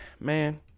Man